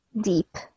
Deep